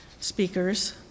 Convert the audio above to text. speakers